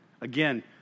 Again